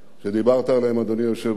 שדיברת עליהן, אדוני היושב-ראש.